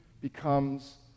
becomes